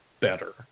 better